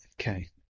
Okay